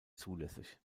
zulässig